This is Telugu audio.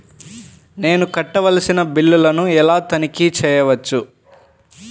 నేను కట్టవలసిన బిల్లులను ఎలా తనిఖీ చెయ్యవచ్చు?